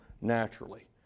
naturally